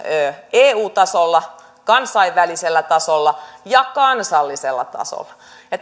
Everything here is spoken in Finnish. eu tasolla kansainvälisellä tasolla ja kansallisella tasolla ja